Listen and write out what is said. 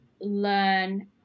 learn